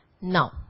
now